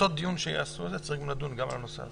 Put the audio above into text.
בדיון שיעשו את זה, צריך לדון גם על הנושא הזה.